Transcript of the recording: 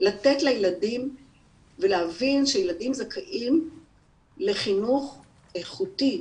לתת לילדים ולהבין שילדים זכאים לחינוך איכותי,